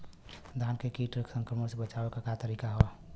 धान के कीट संक्रमण से बचावे क का तरीका ह?